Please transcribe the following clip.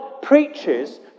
Preaches